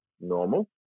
normal